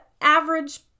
average